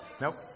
Nope